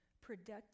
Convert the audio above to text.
productive